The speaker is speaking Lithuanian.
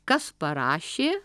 kas parašė